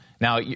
Now